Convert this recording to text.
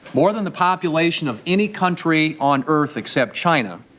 more than the population of any country on earth except china,